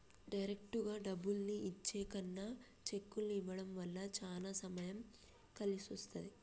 డైరెక్టుగా డబ్బుల్ని ఇచ్చే కన్నా చెక్కుల్ని ఇవ్వడం వల్ల చానా సమయం కలిసొస్తది